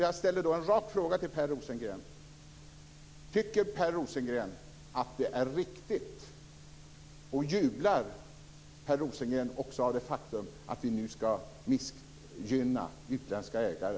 Jag ställer en rak fråga till Per Rosengren: Tycker Per Rosengren att det är riktigt och jublar Per Rosengren av det faktum att vi nu ska missgynna utländska ägare?